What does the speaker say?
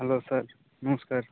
hello sir ନମସ୍କାର